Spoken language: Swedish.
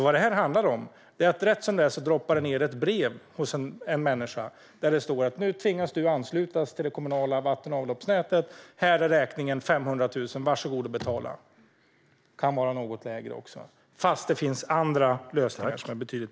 Vad detta handlar om är att det rätt som det är droppar ned ett brev hos en människa där det står att personen nu tvingas att ansluta sig till det kommunala vatten och avloppsnätet. Här är räkningen: 500 000! Var så god och betala! Beloppet kan vara något lägre, men detta kan ske trots att det finns andra lösningar som är betydligt bättre.